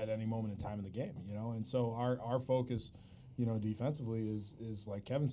at any moment in time in the game you know and so are our focus you know defensively is like kevin